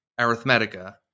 Arithmetica